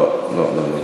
לא, לא.